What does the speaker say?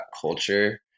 culture